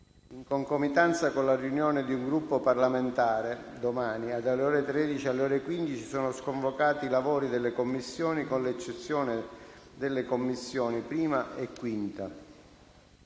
In concomitanza con la riunione di un Gruppo parlamentare, domani, dalle ore 13 alle ore 15, sono sconvocati i lavori delle Commissioni, con l'eccezione delle Commissioni 1a e 5a.